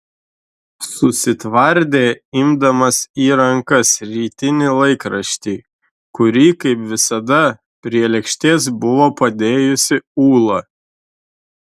susitvardė imdamas į rankas rytinį laikraštį kurį kaip visada prie lėkštės buvo padėjusi ūla